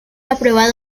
aprobado